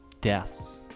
Deaths